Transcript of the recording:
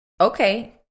okay